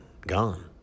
gone